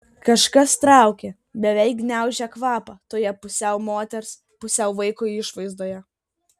kažkas traukė beveik gniaužė kvapą toje pusiau moters pusiau vaiko išvaizdoje